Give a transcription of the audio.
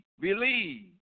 believe